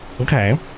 Okay